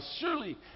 Surely